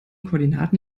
koordinaten